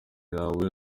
yawe